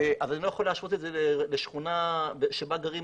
אז אני לא יכול להשוות את זה לשכונה שבה גרות